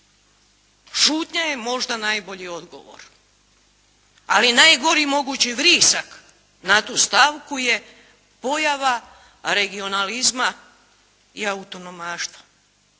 Šutnja je možda najbolji odgovor, ali i najgori mogući vrisak na tu stavku je pojava regionalizma i autonomaštva.